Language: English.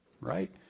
right